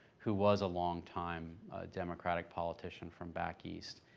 who was a longtime democratic politician from back east,